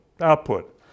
output